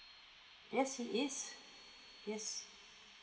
yes he is yes